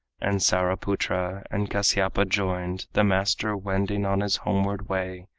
and saraputra and kasyapa joined the master wending on his homeward way,